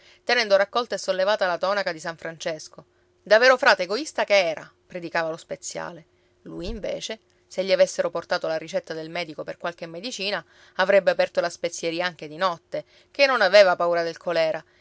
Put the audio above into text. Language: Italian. tenendo raccolta e sollevata la tonaca di san francesco da vero frate egoista che era predicava lo speziale lui invece se gli avessero portato la ricetta del medico per qualche medicina avrebbe aperto la spezieria anche di notte che non aveva paura del colèra